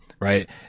Right